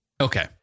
okay